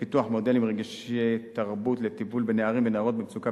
פיתוח מודלים רגישי-תרבות לטיפול בנערים ונערות במצוקה,